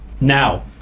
Now